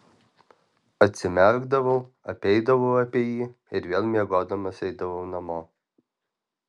atsimerkdavau apeidavau apie jį ir vėl miegodamas eidavau namo